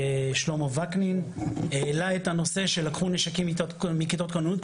שלמה וקנין העלה את הנושא שלקחו נשקים מכיתות כוננות,